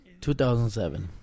2007